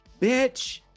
bitch